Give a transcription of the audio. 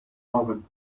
oven